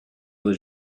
was